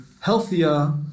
healthier